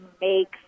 makes